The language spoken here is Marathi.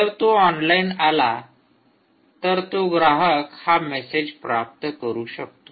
जर तो ऑनलाइन आला तर तो ग्राहक हा मॅसेज प्राप्त करू शकतो